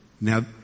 Now